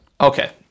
Okay